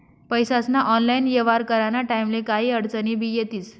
पैसास्ना ऑनलाईन येव्हार कराना टाईमले काही आडचनी भी येतीस